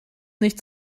nicht